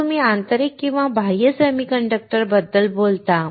मग तुम्ही आंतरिक आणि बाह्य सेमीकंडक्टर बद्दल बोलता